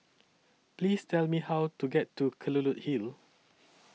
Please Tell Me How to get to Kelulut Hill